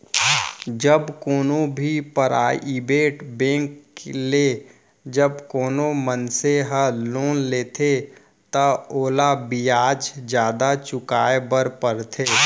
जब कोनो भी पराइबेट बेंक ले जब कोनो मनसे ह लोन लेथे त ओला बियाज जादा चुकाय बर परथे